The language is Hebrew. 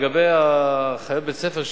לגבי אחיות בתי-ספר,